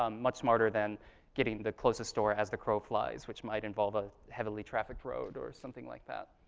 um much smarter than getting the closest store as the crow flies, which might involve a heavily trafficked road or something like that.